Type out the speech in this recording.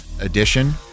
edition